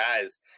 guys